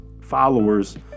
followers